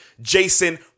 Jason